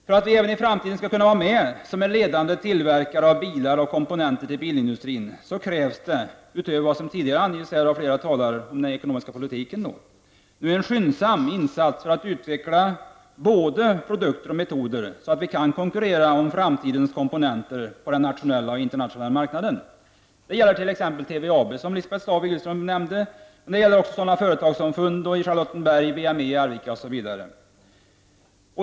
För att vi även i framtiden skall kunna vara med som en ledande tillverkare av bilar och komponenter till bilindustrin krävs det, utöver det som tidigare har angivits av flera talare under rubriken ekonomisk politik, en skyndsam insats för att utveckla både produkter och metoder, så att vi kan konkurrera om framtidens komponenter på de nationella och internationella marknaderna. Det gäller t.ex. TVAB, som Lisbeth Staaf-Igelström nämnde. Men det gäller också sådana företag som Fundo i Charlottenberg, VME i Arvika osv.